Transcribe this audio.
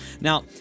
Now